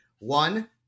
One